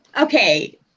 Okay